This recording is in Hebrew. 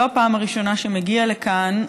לא בפעם הראשונה מגיע לכאן,